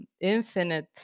infinite